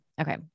Okay